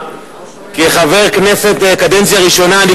כחבר כנסת בקדנציה ראשונה שלו,